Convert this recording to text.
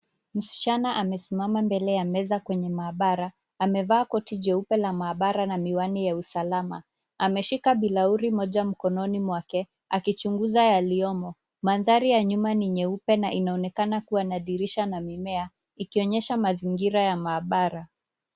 Msichana amesimama mbele ya meza kwenye maabara, amevaa koti jeupe la maabara na miwani ya usalama. Ameshika bilauri moja mkononi mwake akichunguza yaliyomo. Mandhari ya nyuma ni nyeupe na inaonekana kuwa na dirisha na mimea ikionyesha mazingira ya maabara.